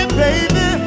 baby